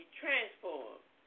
transformed